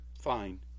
fine